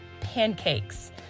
pancakes